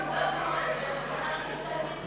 הוא יסיים בנושא האיראני.